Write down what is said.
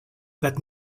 but